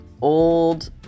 old